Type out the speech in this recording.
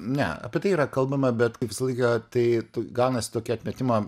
ne apie tai yra kalbama bet kaip visą laiką tai gaunasi tokia atmetimo